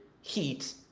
heat